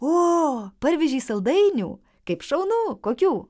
o parvežei saldainių kaip šaunu kokių